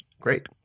great